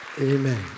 Amen